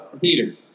Peter